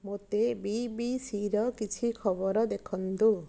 ମୋତେ ବିବିସିର କିଛି ଖବର ଦେଖନ୍ତୁ